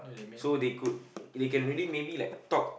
so they could they can really maybe like talk